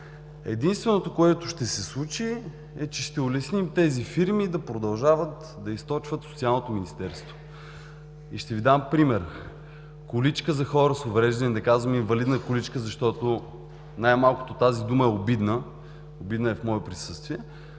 Единственото, което ще се случи, е, че ще улесним тези фирми да продължават да източват Социалното министерство. И ще Ви дам пример: количка за хора с увреждания – не казвам „инвалидна количка“, защото най-малкото тази дума е обидна, обидна е в мое присъствие